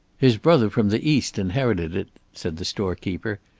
his brother from the east inherited it, said the storekeeper.